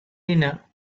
dinner